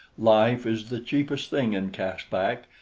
life is the cheapest thing in caspak,